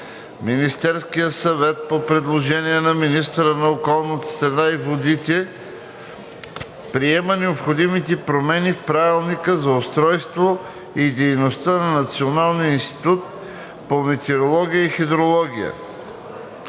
Министерският съвет по предложение на министъра на околната среда и водите приема необходимите промени в правилника за устройството и дейността на Националния институт по метеорология и хидрология.“